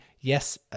Yes